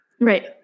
Right